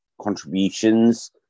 contributions